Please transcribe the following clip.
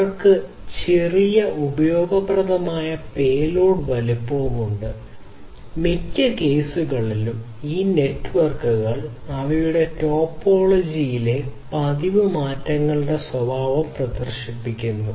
അവർക്ക് ചെറിയ ഉപയോഗപ്രദമായ പേലോഡ് വലുപ്പമുണ്ട് മിക്ക കേസുകളിലും ഈ നെറ്റ്വർക്കുകൾ അവയുടെ ടോപ്പോളജിയിലെ പതിവ് മാറ്റങ്ങളുടെ സ്വഭാവവും പ്രദർശിപ്പിക്കുന്നു